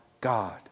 God